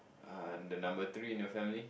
uh the number three in the family